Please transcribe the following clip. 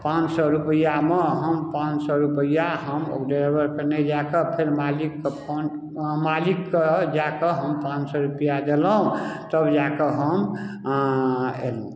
पाँच सए रुपैआमे हम पाँच सए रुपैआ हम ड्राइबर के नहि दए कऽ फेर मालिकके फोन मालिकके जाकऽ हम पाँच सए रुपैआ देलहुॅं तब जाकऽ हम एलौ